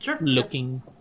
Looking